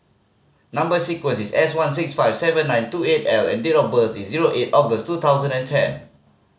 number sequence is S one six five seven nine two eight L and date of birth is zero eight August two thousand and ten